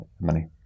money